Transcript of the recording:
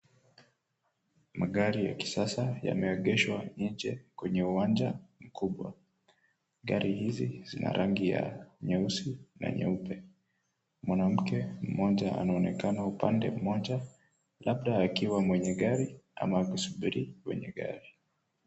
Magari ya kisasa yameegeshwa nje, kwenye uwanja mkubwa. Gari hizi zina rangi ya nyeusi na nyeupe. Mwanamke mmoja anaonekana upande mmoja, labda akiwa mwenye gari ama kusubiri wenye gari.